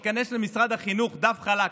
ייכנס למשרד החינוך כדף חלק,